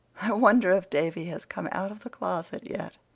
i wonder if davy has come out of the closet yet.